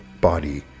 Body